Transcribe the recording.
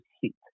heat